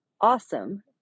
awesome